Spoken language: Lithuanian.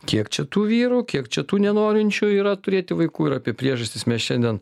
kiek čia tų vyrų kiek čia tų nenorinčių yra turėti vaikų ir apie priežastis mes šiandien